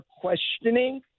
questioning